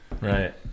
right